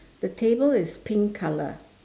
the table is pink colour